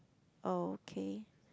okay